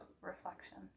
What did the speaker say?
reflection